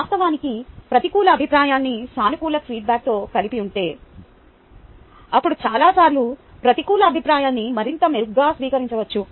వాస్తవానికి ప్రతికూల అభిప్రాయాన్ని సానుకూల ఫీడ్బ్యాక్తో కలిపి ఉంటే అప్పుడు చాలాసార్లు ప్రతికూల అభిప్రాయాన్ని మరింత మెరుగ్గా స్వీకరించవచ్చు